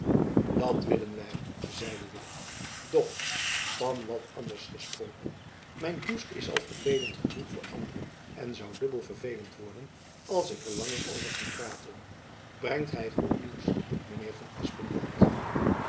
dat willen wy zeide willem doch van wat anders gesproken mijn hoest is al vervelend genoeg voor anderen en zoû dubbel vervelend worden als ik er langer over ging praten brengt gy goed nieuws mijn heer van